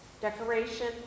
decoration